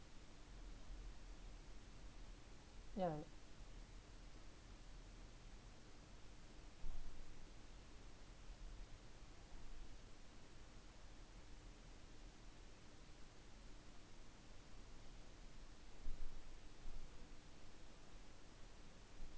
ya